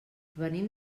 venim